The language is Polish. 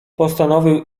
postanowił